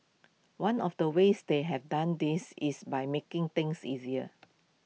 one of the ways they have done this is by making things easier